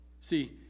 see